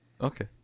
Okay